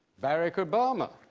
barack obama,